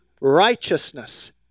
righteousness